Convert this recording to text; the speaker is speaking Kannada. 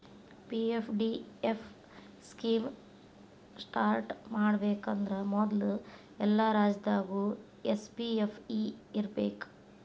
ಪಿ.ಎಫ್.ಡಿ.ಎಫ್ ಸ್ಕೇಮ್ ಸ್ಟಾರ್ಟ್ ಮಾಡಬೇಕಂದ್ರ ಮೊದ್ಲು ಎಲ್ಲಾ ರಾಜ್ಯದಾಗು ಎಸ್.ಪಿ.ಎಫ್.ಇ ಇರ್ಬೇಕು